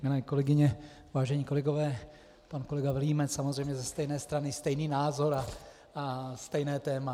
Milé kolegyně, vážení kolegové, pan kolega Vilímec samozřejmě ze stejné strany, stejný názor a stejné téma.